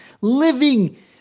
living